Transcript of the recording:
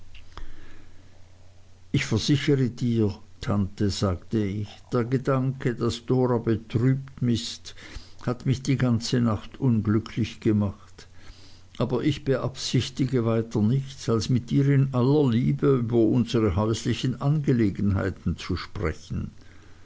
ich versichere dir tante sagte ich der gedanke daß dora betrübt ist hat mich die ganze nacht unglücklich gemacht aber ich beabsichtigte weiter nichts als mit ihr in aller liebe über unsere häuslichen angelegenheiten zu sprechen